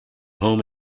home